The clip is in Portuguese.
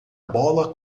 bola